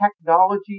technology